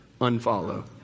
unfollow